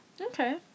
Okay